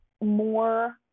more